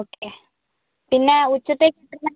okay പിന്നെ ഉച്ചത്തേക്ക്